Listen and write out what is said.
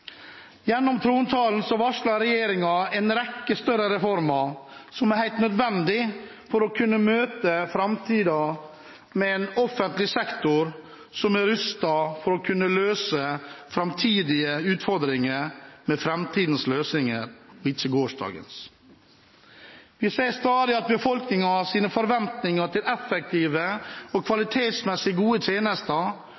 Gjennom trontalen varslet regjeringen en rekke større reformer som er helt nødvendige for å kunne møte framtiden med en offentlig sektor som er rustet til å møte framtidige utfordringer med framtidens løsninger, ikke gårsdagens. Vi ser stadig at befolkningens forventninger til effektive og